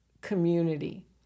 community